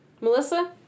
Melissa